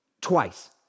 twice